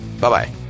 Bye-bye